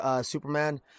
Superman